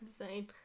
insane